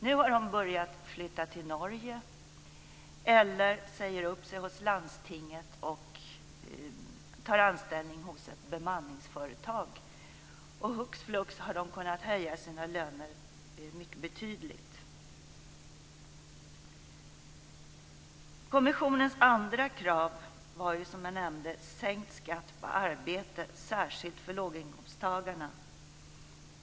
Nu har de börjat flytta till Norge eller säger upp sig hos landstinget och tar anställning hos bemanningsföretag, och hux flux har de kunnat höja sina löner mycket betydligt. Kommissionens andra krav var, som jag nämnde, sänkt skatt på arbete, särskilt för låginkomsttagarna.